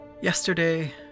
Yesterday